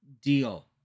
deal